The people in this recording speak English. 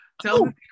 tell